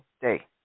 day